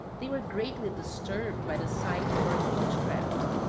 they were greatly disturbed by the sight of our huge craft,